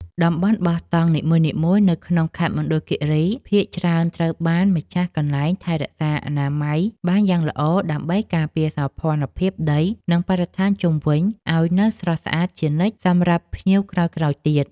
តំបន់បោះតង់នីមួយៗនៅក្នុងខេត្តមណ្ឌលគីរីភាគច្រើនត្រូវបានម្ចាស់កន្លែងថែរក្សាអនាម័យបានយ៉ាងល្អដើម្បីការពារសោភ័ណភាពដី និង បរិស្ថានជុំវិញឱ្យនៅស្រស់ស្អាតជានិច្ចសម្រាប់ភ្ញៀវក្រោយៗទៀត។